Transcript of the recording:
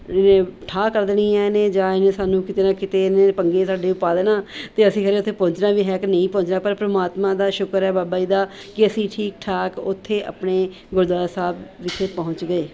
ਠਾਹ ਕਰ ਦੇਣੀ ਹੈ ਇਹਨੇ ਜਾਂ ਇਹਨੇ ਸਾਨੂੰ ਕਿਤੇ ਨਾ ਕਿਤੇ ਇਹਨੇ ਪੰਗੇ ਸਾਡੇ ਪਾ ਦੇਣਾ ਅਤੇ ਅਸੀਂ ਫਿਰ ਉੱਥੇ ਪਹੁੰਚਣਾ ਵੀ ਹੈ ਕਿ ਨਹੀਂ ਪਹੁੰਚਣਾ ਪਰ ਪਰਮਾਤਮਾ ਦਾ ਸ਼ੁਕਰ ਹੈ ਬਾਬਾ ਜੀ ਦਾ ਕਿ ਅਸੀਂ ਠੀਕ ਠਾਕ ਉੱਥੇ ਆਪਣੇ ਗੁਰਦੁਆਰਾ ਸਾਹਿਬ ਵਿਖੇ ਪਹੁੰਚ ਗਏ